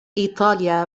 إيطاليا